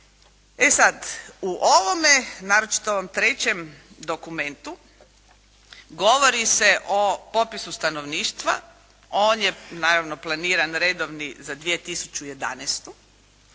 u ovom naročito u ovom trećem dokumentu govori se o popisu stanovništva. On je naravno planiran redovni za 2011.